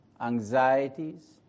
anxieties